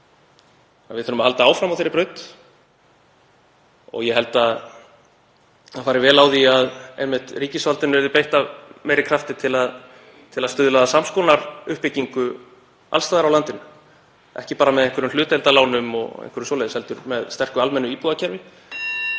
Við þurfum að halda áfram á þeirri braut. Ég held að það fari vel á því að ríkisvaldinu yrði beitt af meiri krafti til að stuðla að sams konar uppbyggingu alls staðar á landinu, ekki bara með hlutdeildarlánum og einhverju svoleiðis heldur með sterku almennu íbúðakerfi